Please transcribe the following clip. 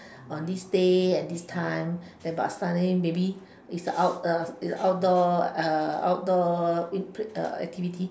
on this day and this time but then suddenly maybe it's a out~ uh outdoor uh outdoor uh activity